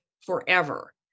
forever